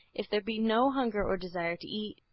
if there be no hunger or desire to eat,